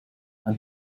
ein